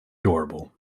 adorable